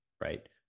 right